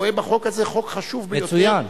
רואה בחוק הזה חוק חשוב ביותר,